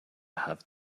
have